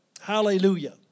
Hallelujah